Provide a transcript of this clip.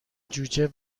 جوجه